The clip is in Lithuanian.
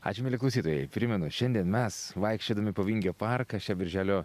ačiū mieli klausytojai primenu šiandien mes vaikščiodami po vingio parką šią birželio